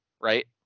right